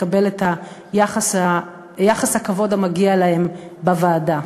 לקבל את יחס הכבוד המגיע להם בוועדה.